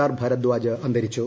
R Bharadwaj അന്തരിച്ചു